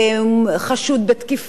שחשוד בתקיפה,